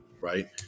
right